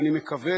ואני מקווה,